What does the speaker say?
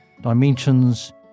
dimensions